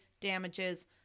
damages